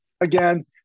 Again